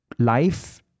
Life